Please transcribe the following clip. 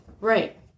Right